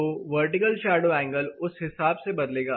तो vertical shadow angle उस हिसाब से बदलेगा